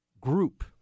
group